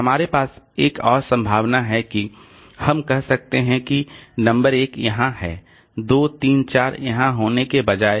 हमारे पास एक और संभावना है कि हम कह सकते हैं कि नंबर 1 यहां है 2 3 4 यहां होने के बजाय